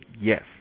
yes